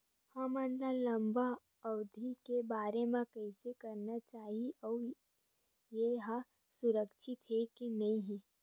हमन ला लंबा अवधि के बर कइसे करना चाही अउ ये हा सुरक्षित हे के नई हे?